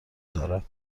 دارد